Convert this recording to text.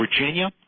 Virginia